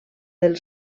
del